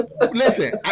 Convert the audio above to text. Listen